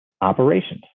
operations